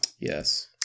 Yes